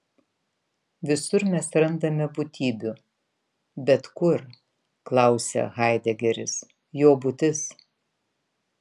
visur mes randame būtybių bet kur klausia haidegeris jo būtis